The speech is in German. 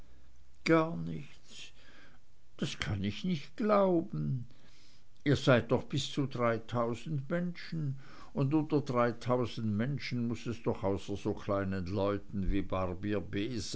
gar nichts das kann ich nicht glauben ihr seid doch bis zu dreitausend menschen und unter dreitausend menschen muß es doch außer so kleinen leuten wie barbier